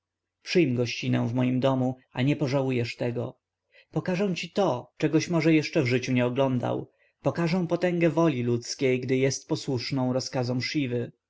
przyjm gościnę w moim domu a nie pożałujesz tego pokażę ci to czegoś może jeszcze w życiu nie oglądał pokażę potęgę woli ludzkiej gdy jest posłuszną rozkazom siwy